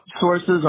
sources